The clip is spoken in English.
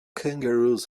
kangaroos